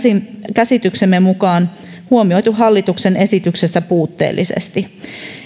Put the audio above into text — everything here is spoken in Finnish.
käsityksemme mukaan huomioitu hallituksen esityksessä puutteellisesti